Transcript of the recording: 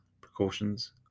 precautions